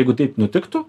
jeigu taip nutiktų